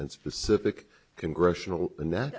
and specific congressional and that